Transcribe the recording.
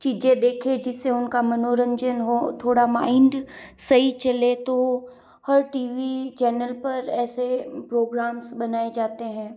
चीज़ें देखे जिससे उनका मनोरंजन हो थोड़ा माइंड सही चले तो हर टी वी चैनल पर ऐसे प्रोग्राम्स बनाए जाते हैं